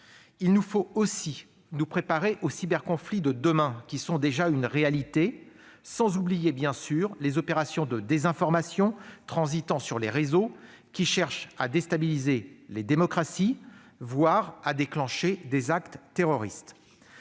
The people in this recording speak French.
Il faut nous préparer aux cyberconflits de demain, qui sont déjà une réalité, sans bien sûr oublier les opérations de désinformation transitant sur les réseaux, qui cherchent à déstabiliser les démocraties, voire à déclencher des actes terroristes.